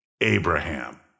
Abraham